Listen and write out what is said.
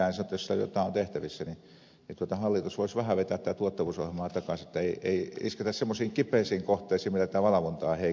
sitähän sanotaan että jos siellä jotain on tehtävissä niin hallitus voisi vähän vetää tätä tuottavuusohjelmaa takaisin että ei isketä semmoisiin kipeisiin kohteisiin millä tätä valvontaa heikennetään